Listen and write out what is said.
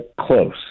Close